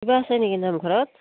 কিবা আছে নকি নামঘৰত